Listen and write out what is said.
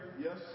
Yes